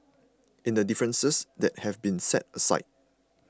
in the differences that have been set aside